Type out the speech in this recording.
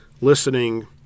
listening